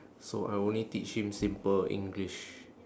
so I only teach him simple english